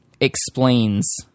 explains